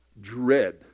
Dread